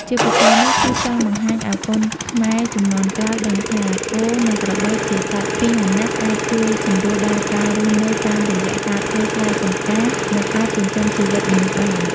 ជាពិសេសនោះគឺចង់បង្ហាញឱ្យកូនខ្មែរជំនាន់ក្រោយដឹងថា គោ និងក្របីជាសត្វពាហនៈអាចជួយសម្រួលដល់ការរស់នៅតាមរយៈការធ្វើស្រែចម្ការ និងអាចចិញ្ចឹមជីវិតមនុស្សបាន។